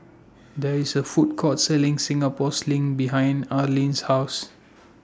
There IS A Food Court Selling Singapore Sling behind Arlene's House